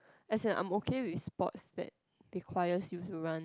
as in I'm okay with sports that requires you to run